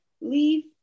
leave